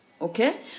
okay